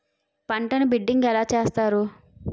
పంటను బిడ్డింగ్ ఎలా చేస్తారు?